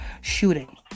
shooting